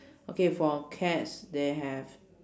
okay for cats they have